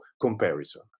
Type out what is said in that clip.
comparison